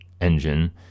engine